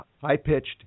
high-pitched